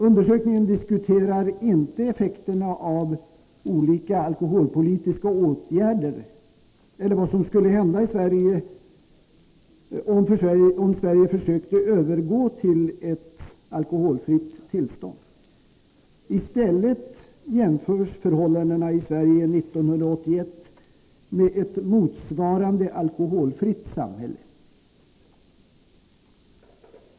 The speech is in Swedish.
Undersökningen diskuterar inte effekterna av olika alkoholpolitiska åtgärder eller vad som skulle hända, om Sverige försökte övergå till ett alkoholfritt tillstånd. I stället jämförs förhållandena i Sverige 1981 med ett motsvarande alkoholfritt samhälle.